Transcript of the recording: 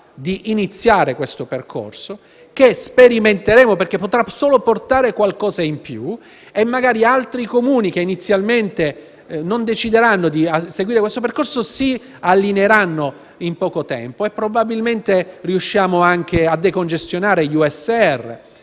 di iniziare questo percorso, che sperimenteremo perché potrà solo portare qualcosa in più. Magari altri Comuni, che inizialmente non decideranno di seguire questo percorso, si allineeranno in poco tempo. Probabilmente; riusciremo anche a decongestionare gli USR,